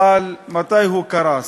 אבל מתי הוא קרס?